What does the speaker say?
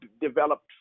developed